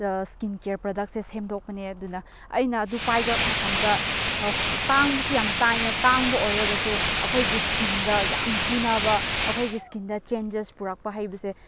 skin care products ꯁꯦꯝꯗꯣꯛꯄꯅꯦ ꯑꯗꯨꯅ ꯑꯩꯅ ꯑꯗꯨ ꯄꯥꯏꯕ ꯃꯇꯝꯗ ꯇꯥꯡꯕꯁꯨ ꯌꯥꯝ ꯇꯥꯡꯉꯦ ꯇꯥꯡꯕ ꯑꯣꯏꯔꯒꯁꯨ ꯑꯩꯈꯣꯏꯒꯤ ꯁ꯭ꯀꯤꯟꯗ ꯌꯥꯝ ꯆꯨꯅꯕ ꯑꯩꯈꯣꯏꯒꯤ ꯁ꯭ꯀꯤꯟꯗ ꯆꯦꯟꯖꯦꯁ ꯄꯨꯔꯛꯄ ꯍꯥꯏꯕꯁꯦ